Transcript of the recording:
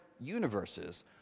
universes